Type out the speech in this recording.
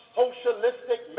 socialistic